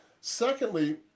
Secondly